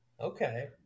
Okay